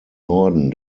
norden